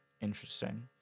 Interesting